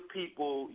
people